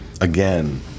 again